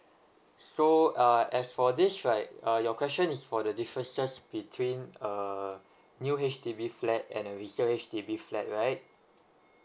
so uh as for this right uh your question is for the differences between uh new H_D_B flat and a resale H_D_B flat right